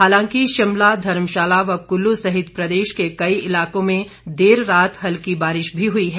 हालांकि शिमला धर्मशाला कुल्लू सहित प्रदेश के कई इलाकों में देर रात हल्की बारिश भी हुई है